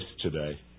today